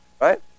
Right